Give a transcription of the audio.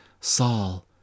Saul